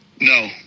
No